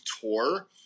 tour